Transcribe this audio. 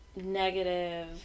negative